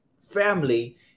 family